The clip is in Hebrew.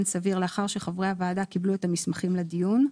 סביר לאחר שחברי הוועדה קיבלו את הממסכים לדיון.